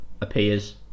appears